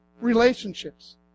Relationships